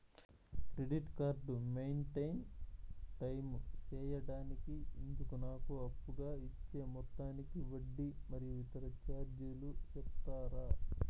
Credit card maintain time సేయడానికి ఇందుకు నాకు అప్పుగా ఇచ్చే మొత్తానికి వడ్డీ మరియు ఇతర చార్జీలు సెప్తారా?